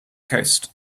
coast